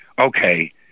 Okay